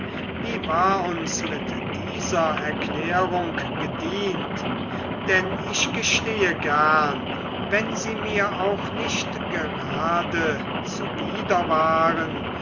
wie war uns mit dieser erklärung gedient denn ich gestehe gern wenn sie mir auch nicht gerade zuwider